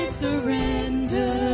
surrender